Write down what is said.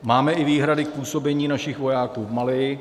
Máme i výhrady k působení našich vojáků v Mali.